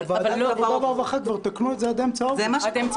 בוועדת העבודה והרווחה תיקנו את זה כבר עד אמצע אוגוסט.